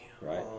Right